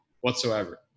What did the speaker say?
whatsoever